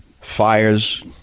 Fires